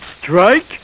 strike